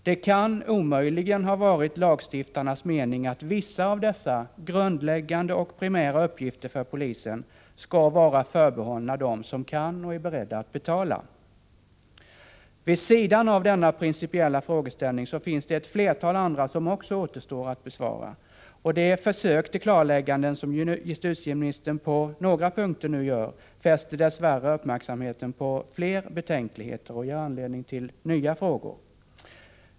Det kan omöjligen ha varit lagstiftarnas mening att vissa av dessa grundläggande och primära uppgifter från polisen skall vara förbehållna dem som kan, och är beredda att, betala! Vid sidan av denna principiella frågeställning finns det ett flertal andra som också återstår att besvara. Och de försök till klarlägganden som justitieministern på några punkter nu gör fäster dess värre uppmärksamheten på fler betänkliga faktorer och ger anledning till nya frågor.